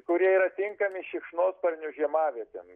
kurie yra tinkami šikšnosparnių žiemavietėm